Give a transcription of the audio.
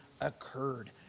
occurred